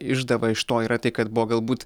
išdava iš to yra tai kad buvo galbūt